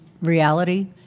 reality